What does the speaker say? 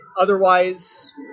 otherwise